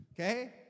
Okay